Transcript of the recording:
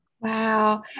Wow